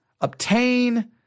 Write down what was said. obtain